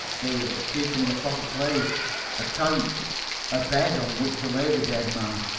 they were but seeking a proper place a couch a bed on which to lay the dead man.